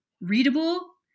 readable